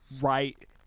right